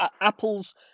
Apple's